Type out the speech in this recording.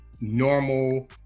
normal